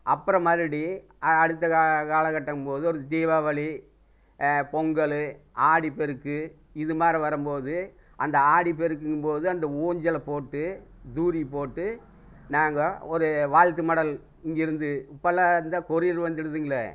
அப்புறம் மறுபடி அடுத்த காலகட்டங்கும்போது ஒரு தீபாவளி பொங்கல் ஆடிப்பெருக்கு இது மாரி வரும்போது அந்த ஆடிப்பெருக்குங்கும்போது அந்த ஊஞ்சலை போட்டு தூரி போட்டு நாங்கள் ஒரு வாழ்த்து மடல் இங்கேயிருந்து இப்போல்லாம் அதான் கொரியர் வந்துடுதுங்களே